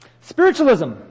Spiritualism